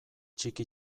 txiki